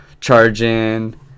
charging